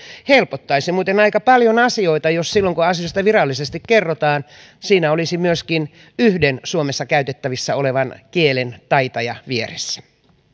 helpottaisi muuten aika paljon asioita jos silloin kun asioista virallisesti kerrotaan siinä olisi myöskin yhden suomessa käytettävissä olevan kielen taitaja vieressä